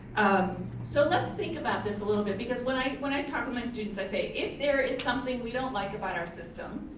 so let's think about this a little bit, because when i when i talk with my students, i say, if there is something we don't like about our system,